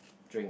drink